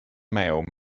male